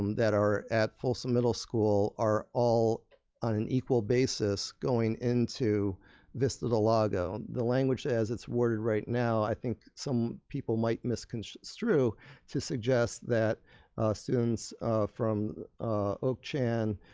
um that are at folsom middle school are all on an equal basis going into vista del lago. the language as it's worded right now, i think some people might misconstrue to suggest that students from oak chan,